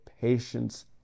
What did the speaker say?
patience